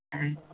ہوں